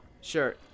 Sure